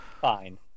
fine